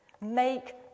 Make